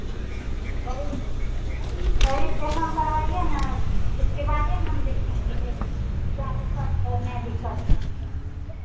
hello registration करवाइए ना उसके बादे ना हम देखेंगे क्या दिक्कत है नहीं दिक्कत है